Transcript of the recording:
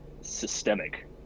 systemic